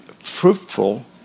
fruitful